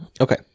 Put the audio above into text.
Okay